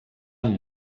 amb